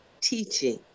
teaching